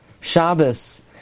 Shabbos